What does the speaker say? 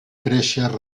créixer